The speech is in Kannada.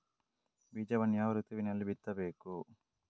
ಬೀಜವನ್ನು ಯಾವ ಋತುವಿನಲ್ಲಿ ಬಿತ್ತಬೇಕು?